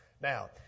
Now